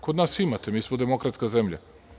Kod nas imate, mi smo demokratska zemlja.